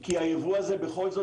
כי הייבוא הזה בכל זאת,